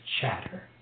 chatter